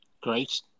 Great